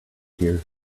here